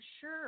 sure